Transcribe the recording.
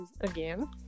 again